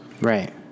Right